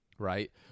right